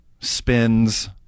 spins